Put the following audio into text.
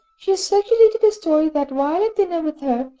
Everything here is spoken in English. she has circulated a story that, while at dinner with her,